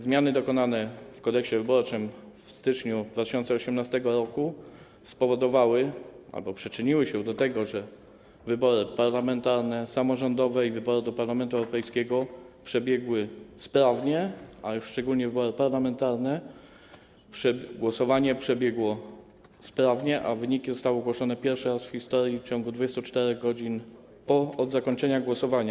Zmiany dokonane w Kodeksie wyborczym w styczniu 2018 r. spowodowały albo przyczyniły się do tego, że wybory parlamentarne i samorządowe oraz wybory do Parlamentu Europejskiego przebiegły sprawnie, a już szczególnie wybory parlamentarne, głosowanie przebiegło sprawnie, a wyniki zostały ogłoszone pierwszy raz w historii w ciągu 24 godzin od zakończenia głosowania.